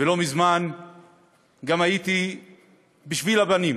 ולא מזמן הייתי באירוע בשביל הבנים,